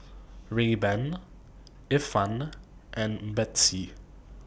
Rayban Ifan and Betsy